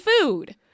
food